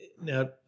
now